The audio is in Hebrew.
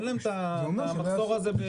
אין להם את המחסור הזה בחניות.